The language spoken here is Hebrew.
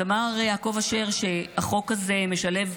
אז אמר יעקב אשר שהחוק הזה משלב,